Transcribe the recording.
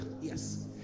yes